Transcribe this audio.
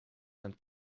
zijn